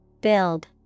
Build